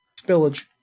Spillage